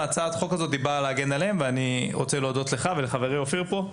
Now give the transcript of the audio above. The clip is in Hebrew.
אני רוצה להודות לך ולחברי אופיר שנמצא פה,